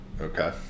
Okay